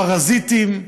פרזיטים,